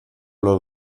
los